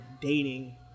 dating